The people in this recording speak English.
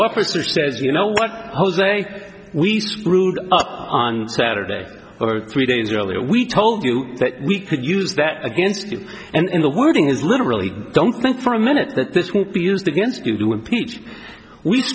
officer says you know what jose we screwed up on saturday or three days earlier we told you that we could use that against you and in the wording is literally don't think for a minute that this will be used against you impeach we